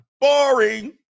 Boring